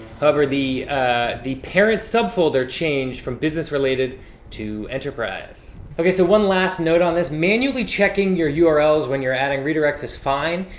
however the the parent sub-folder changed from business related to enterprise. okay, so one last note on this. manually checking your your urls when you're adding redirects is fine.